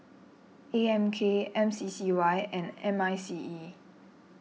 A M K M C C Y and M I C E